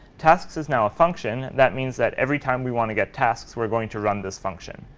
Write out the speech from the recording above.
tasks is now a function. that means that every time we want to get tasks, we're going to run this function.